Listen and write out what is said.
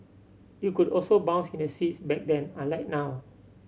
you could also bounce in the seats back then unlike now